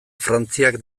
frantziak